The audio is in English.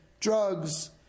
drugs